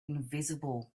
invisible